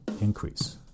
increase